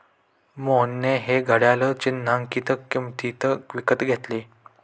मोहनने हे घड्याळ चिन्हांकित किंमतीत विकत घेतले